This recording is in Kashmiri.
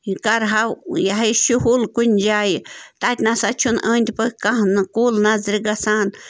یہِ کَرہو یہِ ہہ یہ شُہُل کُنہِ جایہِ تَتہِ نَسا چھُنہٕ أنٛدۍ پٔکۍ کانٛہہ نہٕ کُل نظرِ گژھان